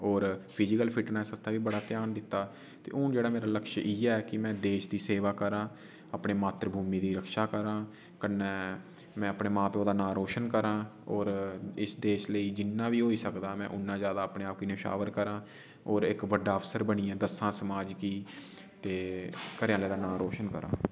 होर physical fitness आस्तै बी बड़ा ध्यान दित्ता ते हून जेह्ड़ा मेरा लक्ष्य इ'यै ऐ कि में देश दी सेवा करां अपने मात्रभूमि दी रक्षा करां कन्नै में अपने मां प्यो दा नांऽ रोशन करां होर इस देश लेई जिन्ना बी होई सकदा में उन्ना ज्यादा अपने आप गी न्यशोवर करां होर इक बड्डा अफ़सर बनियै दस्सां समाज गी ते घरै आह्लें दा नांऽ रोशन करां